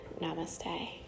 Namaste